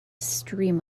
stream